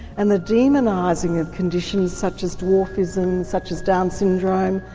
and the demonising of conditions such as dwarfism, such as down syndrome,